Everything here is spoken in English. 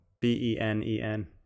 B-E-N-E-N